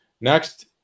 Next